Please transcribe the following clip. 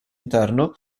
interno